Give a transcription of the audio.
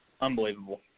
Unbelievable